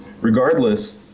Regardless